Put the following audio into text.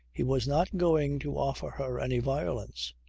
he was not going to offer her any violence.